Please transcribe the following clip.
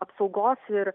apsaugos ir